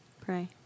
pray